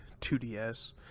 2ds